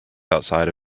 outside